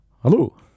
Hello